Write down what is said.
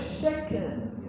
shaken